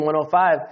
105